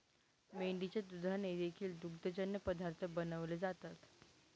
मेंढीच्या दुधाने देखील दुग्धजन्य पदार्थ बनवले जातात